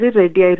ready